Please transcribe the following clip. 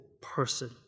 person